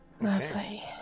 Lovely